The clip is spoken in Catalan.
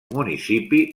municipi